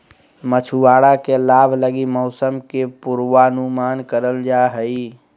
मछुआरा के लाभ लगी मौसम के पूर्वानुमान करल जा हइ